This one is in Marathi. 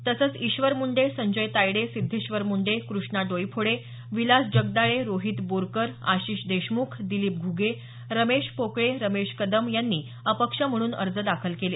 तसंच ईश्वर मुंडे संजय तायडे सिद्धेश्वर मुंडे कृष्णा डोईफोडे विलास जगदाळे रोहीत बोरकर आशिष देशमुख दिलीप घुगे रमेश पोकळे रमेश कदम यांनी अपक्ष म्हणून अर्ज दाखल केले